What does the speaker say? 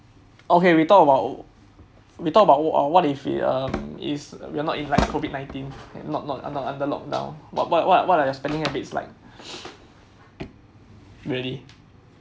okay we talk about we talk about what what if um is we are not in COVID nineteen not not not under lockdown what what what are your spending habits like really